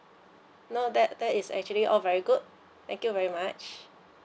no that that is actually all very good thank you very much